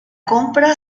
compra